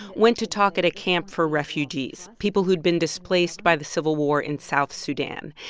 went to talk at a camp for refugees, people who'd been displaced by the civil war in south sudan.